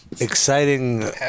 exciting